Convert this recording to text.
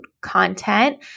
content